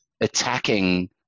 attacking